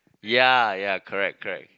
ya ya correct correct